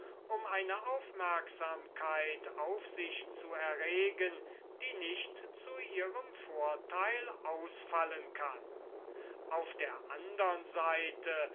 um eine aufmerksamkeit auf sich zu erregen die nicht zu ihrem vorteil ausfallen kann auf der andern seite